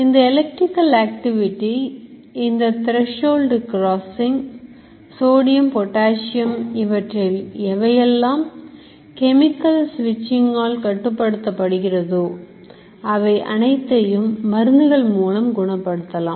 இந்த electrical activity இந்த threshold crossing sodium potassium இவற்றில் எவையெல்லாம் கெமிக்கல் சுவிட்சிங் ஆல் கட்டுப்படுத்தப்படுகிறதோ அவை அனைத்தையும் மருந்துகள் மூலம் குணப்படுத்தலாம்